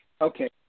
Okay